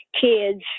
kids